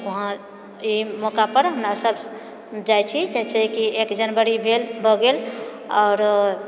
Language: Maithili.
उहाँ एहि मौका पर हमरा सभ जाइत छी जे छै कि एक जनवरी भेल भए गेल आरो